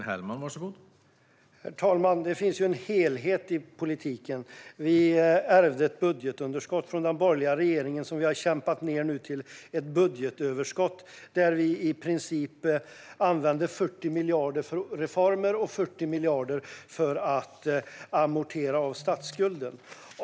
Herr talman! Det finns en helhet i politiken. Vi ärvde ett budgetunderskott från den borgerliga regeringen som vi nu har kämpat med att vända till ett budgetöverskott, där vi i princip använder 40 miljarder till reformer och 40 miljarder till att amortera på statsskulden.